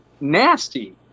nasty